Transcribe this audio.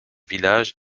villages